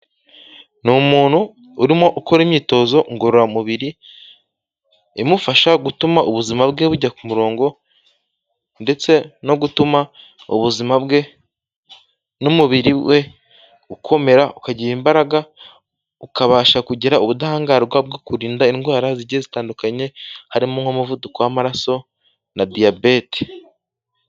Ni umuntu urimo ukora imyitozo ngororamubiri imufasha gutuma ubuzima bwe bujya ku murongo ndetse no gutuma ubuzima bwe n'umubiri we ukomera ukagira imbaraga, ukabasha kugira ubudahangarwa bwo kurinda indwara zigiye zitandukanye, harimo nk'umuvuduko w'amaraso na diyabete.